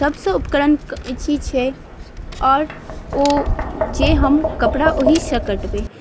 सबसँ उपकरण कैंची छै आओर ओ जे हम कपड़ा ओहिसँ कटबै